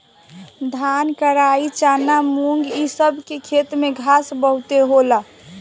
धान, कराई, चना, मुंग इ सब के खेत में घास बहुते होला